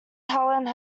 helene